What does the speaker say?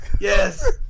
Yes